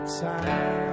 time